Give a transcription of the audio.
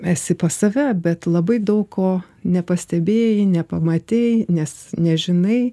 esi pas save bet labai daug ko nepastebėjai nepamatei nes nežinai